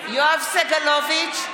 (קוראת בשמות חברי הכנסת) יואב סגלוביץ'